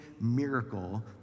miracle